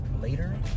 later